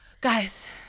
guys